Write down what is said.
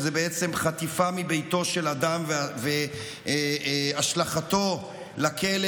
שזה בעצם חטיפה של אדם מביתו והשלכתו לכלא,